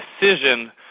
decision